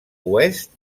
oest